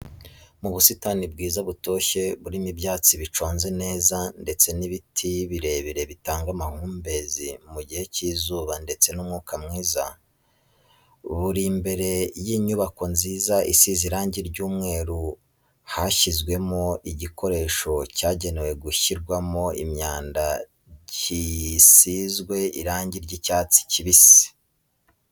Mu busitani bwiza butoshye burimo ibyatsi biconze neza ndetse n'ibiti birebire bitanga amahumbezi mu gihe cy'izuba ndetse n'umwuka mwiza, buri imbere y'inyubako nziza isize irangi ry'umweru hashyizwemo igikoresho cyagenewe gushyirwamo imyanda gisizwe irangi ry'icyatsi kibisi.